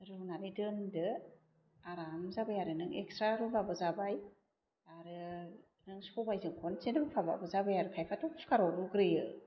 रुनानै दोनदो आराम जाबाय आरो नों एखस्रा रुबाबो जाबाय आरो नों सबायजों खनसेनो रुफाबाबो जाबाय आरो खायफाथ' खुखाराव रुग्रोयो